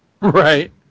Right